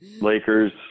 lakers